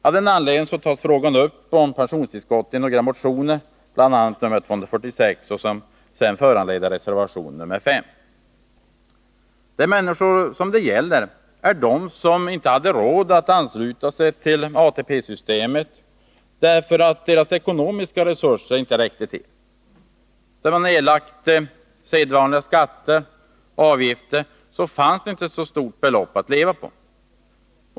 Av den anledningen tas frågan om pensionstillskotten upp i några motioner, bl.a. nr 426, som har föranlett reservation nr & De människor som det gäller är de som inte hade råd att ansluta sig till ATP-systemet därför att deras ekonomiska resurser inte räckte till. Sedan man erlagt sedvanliga skatter och avgifter fanns inte så stort belopp kvar att leva på.